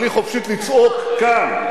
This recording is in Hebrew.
אבל היא חופשית לצעוק כאן.